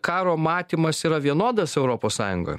karo matymas yra vienodas europos sąjungoj